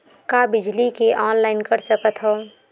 का बिजली के ऑनलाइन कर सकत हव?